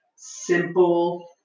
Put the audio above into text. Simple